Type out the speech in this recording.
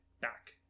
back